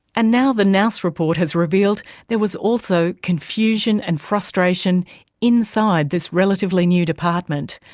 and now the nous report has revealed there was also confusion and frustration inside this relatively new department.